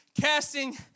casting